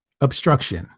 obstruction